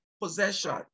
possession